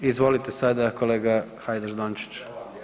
Izvolite sada kolega Hajdaš Dončić.